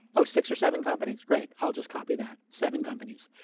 ah six or seven companies? great. i'll just copy that, seven companies.